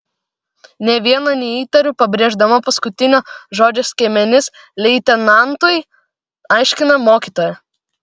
nė vieno neįtariu pabrėždama paskutinio žodžio skiemenis leitenantui aiškina mokytoja